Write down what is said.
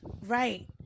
Right